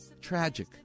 tragic